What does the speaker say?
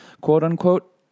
quote-unquote